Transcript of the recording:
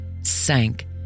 sank